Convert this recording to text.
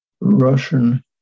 Russian